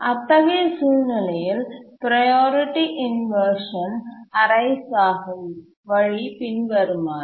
அத்தகைய சூழ்நிலையில் priority inversion arise ஆகும் வழி பின்வருமாறு